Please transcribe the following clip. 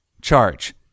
charge